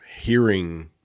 hearing